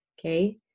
okay